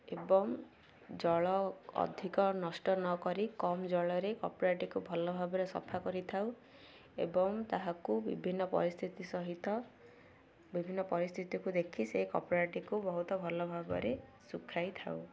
ଏବଂ ଜଳ ଅଧିକ ନଷ୍ଟ ନ କରି କମ୍ ଜଳରେ କପଡ଼ାଟିକୁ ଭଲ ଭାବରେ ସଫା କରିଥାଉ ଏବଂ ତାହାକୁ ବିଭିନ୍ନ ପରିସ୍ଥିତି ସହିତ ବିଭିନ୍ନ ପରିସ୍ଥିତିକୁ ଦେଖି ସେ କପଡ଼ାଟିକୁ ବହୁତ ଭଲ ଭାବରେ ଶୁଖାଇଥାଉ